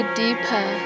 deeper